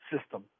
system